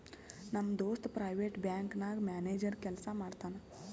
ನಮ್ ದೋಸ್ತ private bank ನಾಗ್ ಮ್ಯಾನೇಜರ್ ಕೆಲ್ಸಾ ಮಾಡ್ತಾನ್